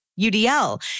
UDL